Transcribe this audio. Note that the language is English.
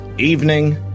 evening